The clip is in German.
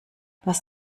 was